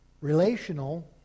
Relational